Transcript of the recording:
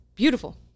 beautiful